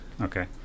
Okay